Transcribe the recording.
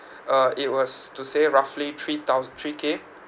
uh it was to say roughly three thous~ three K